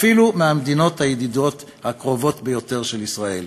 אפילו מהמדינות הידידות הקרובות ביותר של ישראל.